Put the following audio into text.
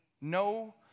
No